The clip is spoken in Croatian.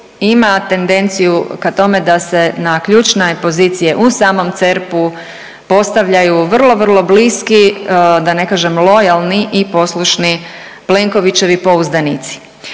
ima tendenciju ka tome da se na ključne pozicije u samom CERP-u postavljaju vrlo, vrlo bliski da ne kažem lojalni i poslušni Plenkovićevi pouzdanici,